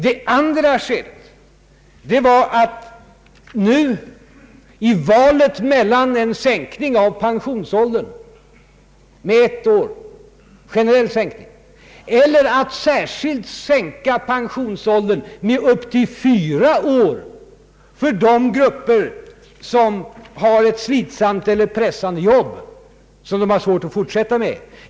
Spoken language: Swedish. Det andra skedet innebar ett val mellan en generell sänkning av pensionsåldern med ett år eller en särskild sänkning av pensionsåldern med upp till fyra år för de grupper som har ett särskilt slitsamt eller pressande iobb som de har svårt att fortsätta med.